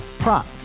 Prop